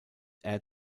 air